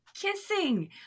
kissing